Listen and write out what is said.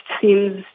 seems